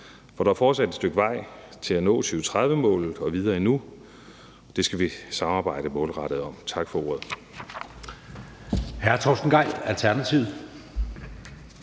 For der er fortsat et stykke vej til at nå 2030-målet og videre endnu. Det skal vi samarbejde målrettet om. Tak for ordet. Kl. 16:25 Anden næstformand